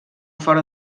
fora